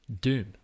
Doom